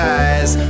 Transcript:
eyes